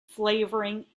flavoring